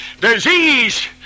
Disease